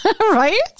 Right